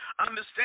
Understand